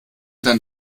dein